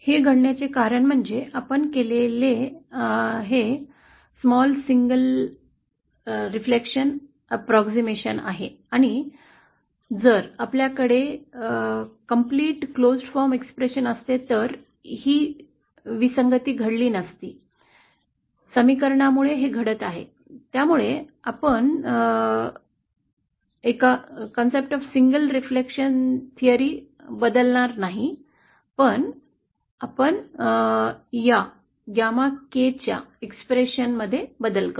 हे घडण्याचे कारण म्हणजे आपण केलेला हा छोटासा एकमेव प्रतिबिंब अंदाज आहे आणि यामुळे जर आपल्याकडे पूर्णपणे समीप रूप समीकरण असते तर ही विसंगती घडली नसती समीकरणामुळे हे घडत आहे त्यामुळे आपण आपली एकचिंतन प्रतिबिंब ची संकल्पना बदलणार नाही पण आपण या गॅमा के च्या अभिव्यक्तीत बदल करू